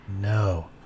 No